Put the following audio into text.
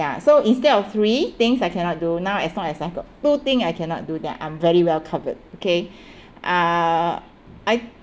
ya so instead of three things I cannot do now as long as I got two thing I cannot do then I'm very well covered okay uh I